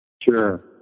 Sure